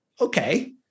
Okay